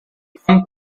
come